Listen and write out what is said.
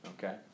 Okay